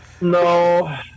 No